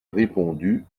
répondu